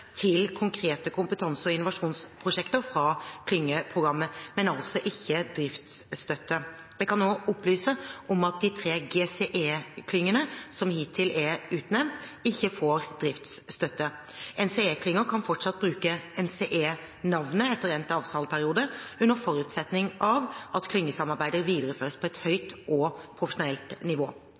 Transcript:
til konkrete kompetanse- og innovasjonsprosjekter fra klyngeprogrammet, men altså ikke driftsstøtte. Jeg kan opplyse om at de tre GCE-klyngene som hittil er utnevnt, ikke får driftsstøtte. NCE-klynger kan fortsatt bruke NCE-navnet etter endt avtaleperiode, under forutsetning av at klyngesamarbeidet videreføres på et høyt og profesjonelt nivå.